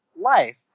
life